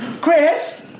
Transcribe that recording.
Chris